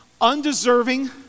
undeserving